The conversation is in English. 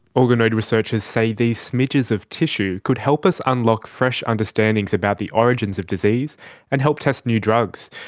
organoid researchers say these smidges of tissue could help us unlock fresh understandings about the origins of disease and help test new drugs.